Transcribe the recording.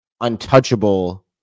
untouchable